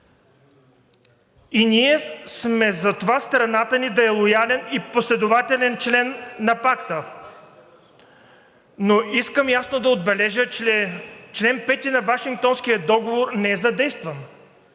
и ние сме за това страната ни да е лоялен и последователен член на Пакта. Но искам ясно да отбележа, че чл. 5 на Вашингтонския договор не е задействан